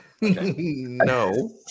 No